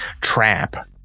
trap